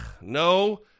no